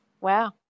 Wow